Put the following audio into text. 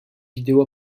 vidéo